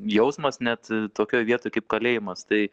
jausmas net tokioj vietoj kaip kalėjimas tai